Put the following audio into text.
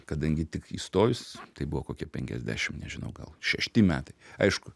kadangi tik įstojus tai buvo kokie penkiasdešimt nežinau gal šešti metai aišku